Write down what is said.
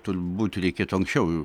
turbūt reikėtų anksčiau